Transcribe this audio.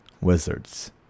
Wizards